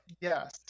Yes